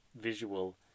visual